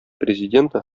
президенты